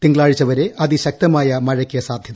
തിങ്കളാഴ്ചവരെ അതിശക്തമായ മഴയ്ക്കു സാധ്യത